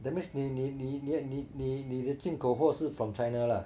that means 你你你你你的进口货是 from china lah